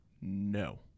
No